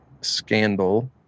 scandal